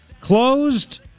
Closed